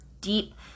deep